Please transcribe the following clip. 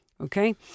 okay